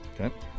Okay